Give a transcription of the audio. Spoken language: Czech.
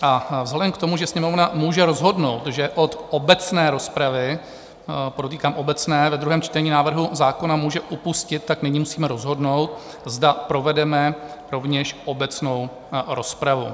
A vzhledem k tomu, že Sněmovna může rozhodnout, že od obecné rozpravy, podotýkám obecné, ve druhém čtení návrhu zákona může upustit, tak nyní musíme rozhodnout, zda povedeme rovněž obecnou rozpravu.